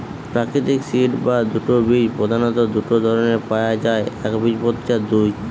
প্রাকৃতিক সিড বা বীজ প্রধাণত দুটো ধরণের পায়া যায় একবীজপত্রী আর দুই